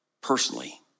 personally